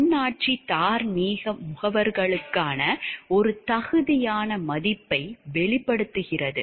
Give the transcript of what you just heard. தன்னாட்சி தார்மீக முகவர்களுக்கான ஒரு தகுதியான மதிப்பை வெளிப்படுத்துகிறது